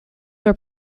were